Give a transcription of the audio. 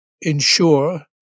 ensure